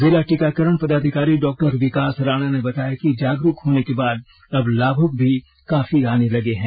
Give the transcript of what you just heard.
जिला टीकाकरण पदाधिकारी डॉ विकास राणा ने बताया कि जागरूक होने के बाद अब लाभुक भी काफी आने लगे हैं